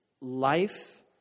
life